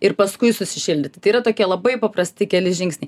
ir paskui susišildyti tai yra tokie labai paprasti keli žingsniai